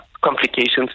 complications